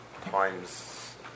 times